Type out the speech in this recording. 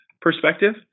perspective